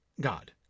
God